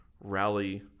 Rally